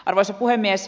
arvoisa puhemies